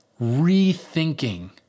rethinking